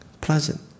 pleasant